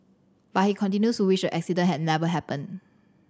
but he continues to wish the accident had never happened